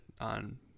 on